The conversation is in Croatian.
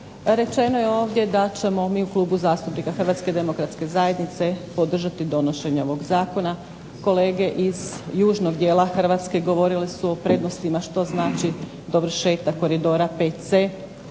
Rečeno je ovdje da ćemo mi u Klubu zastupnika HDZ-a podržati donošenje ovog zakona. Kolege iz južnog dijela Hrvatske govorili su o prednostima što znači dovršetak Koridora VC,